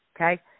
okay